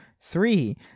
Three